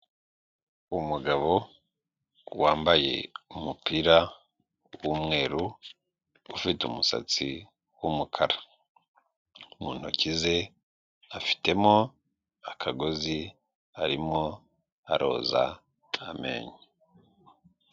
Umugabo wambaye umupira wumweru ufite umusatsi wumukara. Mu ntoki ze, afitemo akagozi arimo aroza amenyo.